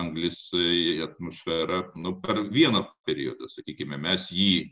anglis į atmosferą nu per vieną periodą sakykime mes jį